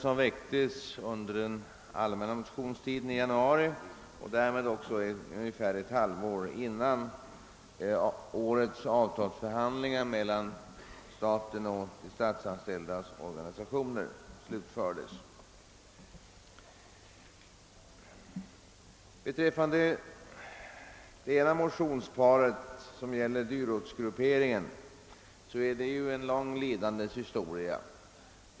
De väcktes under den allmänna motionstiden i januari, alltså ungefär ett halvår innan årets avtals Det ena motionsparet gäller dyrortsgrupperingen. Den är ju en lång lidandets historia.